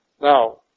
Now